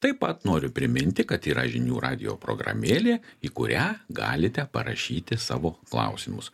taip pat noriu priminti kad yra žinių radijo programėlė į kurią galite parašyti savo klausimus